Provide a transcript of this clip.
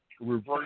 reverse